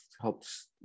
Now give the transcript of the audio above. helps